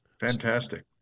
Fantastic